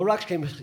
לא רק שימחל,